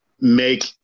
make